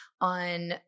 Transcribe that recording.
on